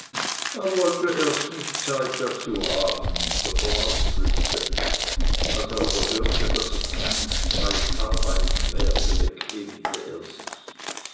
er wollte erst nicht zeit dazu machen sondern ausflüchte als er aber hörte daß ich keinen streich arbeiten werde bequemte er sich